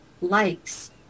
likes